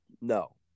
no